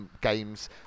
games